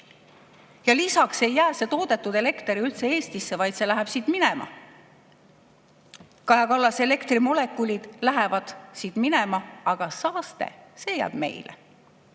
Ja lisaks ei jää see toodetud elekter üldse Eestisse, vaid läheb siit minema. Kaja Kallas, elektrimolekulid lähevad siit minema, aga saaste, see jääb meile.